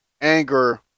anger